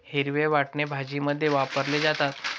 हिरवे वाटाणे भाजीमध्ये वापरले जातात